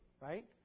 Right